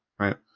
Right